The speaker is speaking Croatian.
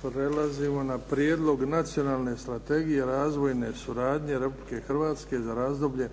Prelazimo na: - Prijedlog Nacionalne strategije razvojne suradnje Republike Hrvatske za razdoblje